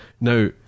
Now